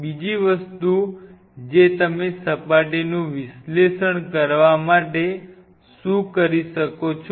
બીજી વસ્તુ જે તમે સપાટીનું વિશ્લેષણ કરવા માટે શું કરી શકો છો